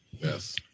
Yes